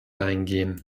eingehen